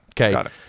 Okay